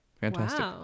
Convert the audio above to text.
fantastic